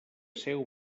seu